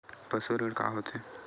पशु ऋण का होथे?